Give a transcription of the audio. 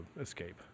escape